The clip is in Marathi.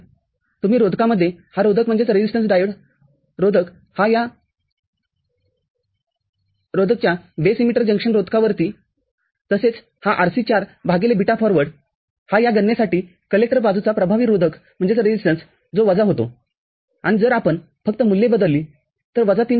तुम्ही रोधकामध्ये हा रोधक डायोड रोधकहा रोधक या बेस इमिटर जंक्शन रोधकावरतीतसेच हा Rc४ भागिले बीटा फॉरवर्ड हा या गणनेसाठी कलेक्टर बाजूचा प्रभावी रोधक जो वजा होतो आणि जर आपण फक्त मूल्ये बदलली तर वजा ३